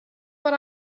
what